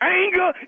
anger